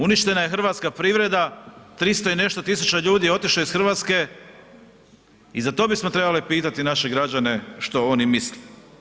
Uništena je hrvatska privreda 300 i nešto tisuća ljudi je otišlo iz Hrvatske i za to bismo trebali pitati naše građane što oni misle.